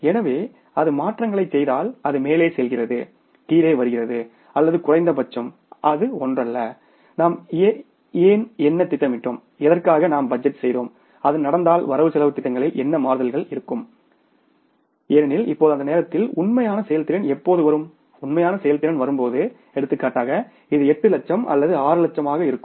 எனவே அது மாற்றங்களைச் செய்தால் அது மேலே செல்கிறது கீழே வருகிறது அல்லது குறைந்தபட்சம் அது ஒன்றல்ல நாம் என்ன திட்டமிட்டோம் எதற்காக நாம் பட்ஜெட் செய்தோம் அது நடந்தால் வரவு செலவுத் திட்டங்களில் என்ன மாறுதல்கள் இருக்கும் ஏனெனில் இப்போது அந்த நேரத்தில் உண்மையான செயல்திறன் எப்போது வரும் உண்மையான செயல்திறன் வரும் போது எடுத்துக்காட்டாக இது 8 லட்சம் அல்லது 6 லட்சமாக இருக்கும்